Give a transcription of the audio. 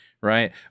Right